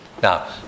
Now